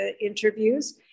interviews